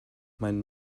mein